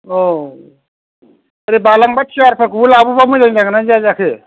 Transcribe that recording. औ ओरै बारलांफा थियाटारखौबो लाबोब्ला मोजां जागोन ना जाया जाखो